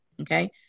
okay